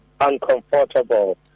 uncomfortable